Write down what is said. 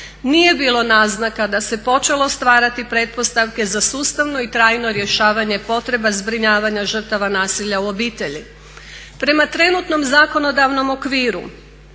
nije bilo naznaka da se počelo stvarati pretpostavke za sustavno i trajno rješavanje potreba zbrinjavanja žrtava nasilja u obitelji. Prema trenutnom zakonodavnom okviru